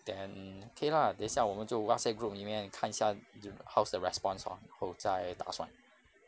then okay lah 等下我们就 whatsapp group 里面看一下 j~ how's the response lor 然后再打算